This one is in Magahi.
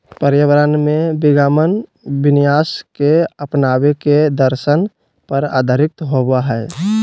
पर्यावरण में विद्यमान विन्यास के अपनावे के दर्शन पर आधारित होबा हइ